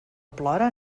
plora